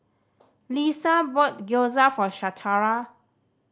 Leesa bought Gyoza for Shatara